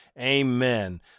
Amen